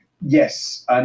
Yes